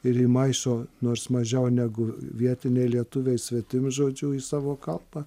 ir įmaišo nors mažiau negu vietiniai lietuviai svetimžodžių į savo kalbą